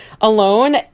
alone